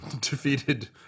defeated